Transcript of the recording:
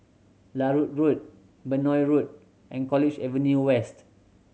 Larut Road Benoi Road and College Avenue West